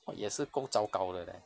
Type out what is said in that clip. !wah! 也是够糟糕的 leh